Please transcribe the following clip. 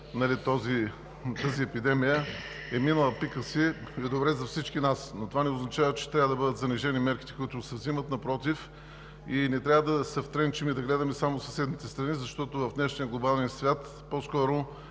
тази епидемия, е минал и е добре за всички нас, но това не означава, че трябва да бъдат занижени мерките, които се взимат, напротив. Не трябва да се втренчим и да гледаме само съседните страни. Правилно е, че в днешния глобален свят всички